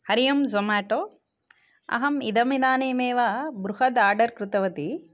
हरिः ओम् ज़ोमाटो अहम् इदमिदानीमेव बृहद् आडर् कृतवती